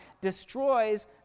destroys